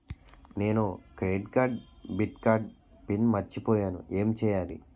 నేను credit card debit card PIN మర్చిపోయేను ఎం చెయ్యాలి?